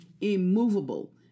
Immovable